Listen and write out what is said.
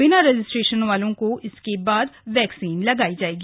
बिना रजिस्ट्रेशन वालों को इसके बाद ही वैक्सीन लगाई जाएगी